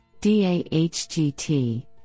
DAHGT